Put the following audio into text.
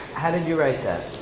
how did you write that?